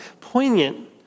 poignant